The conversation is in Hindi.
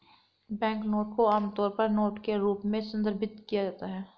बैंकनोट को आमतौर पर नोट के रूप में संदर्भित किया जाता है